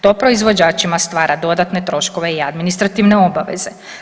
To proizvođačima stvara dodatne troškove i administrativne obaveze.